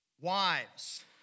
Wives